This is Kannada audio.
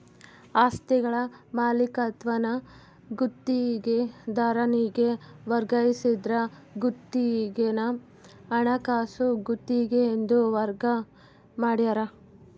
ಆಸ್ತಿಗಳ ಮಾಲೀಕತ್ವಾನ ಗುತ್ತಿಗೆದಾರನಿಗೆ ವರ್ಗಾಯಿಸಿದ್ರ ಗುತ್ತಿಗೆನ ಹಣಕಾಸು ಗುತ್ತಿಗೆ ಎಂದು ವರ್ಗ ಮಾಡ್ಯಾರ